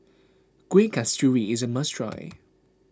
Kueh Kasturi is a must try